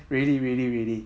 really really really